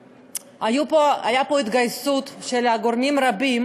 הייתה פה התגייסות של גורמים רבים